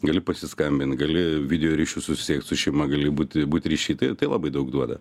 gali pasiskambint gali video ryšiu susisiekt su šeima gali būti būt ryšy tai tai labai daug duoda